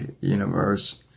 universe